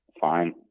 Fine